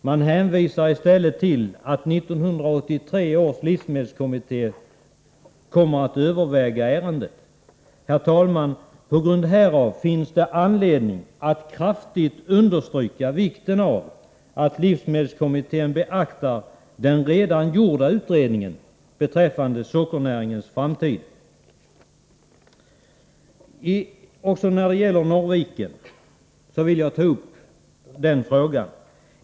Man hänvisar i stället till att 1983 års livsmedelskommitté kommer att överväga ärendet. Herr talman! På grund härav finns det anledning att kraftigt understryka vikten av att livsmedelskommittén beaktar den redan gjorda utredningen beträffande sockernäringens framtid. Jag vill också säga något om Norrvikens trädgårdar.